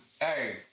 hey